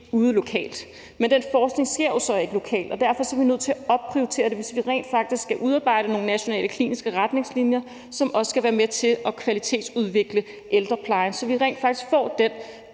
ude lokalt. Men den forskning sker jo så ikke lokalt, og derfor er vi nødt til at opprioritere det, hvis vi rent faktisk skal udarbejde nogle nationale kliniske retningslinjer, som også skal være med til at kvalitetsudvikle ældreplejen, så vi rent faktisk får den